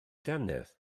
dannedd